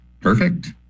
perfect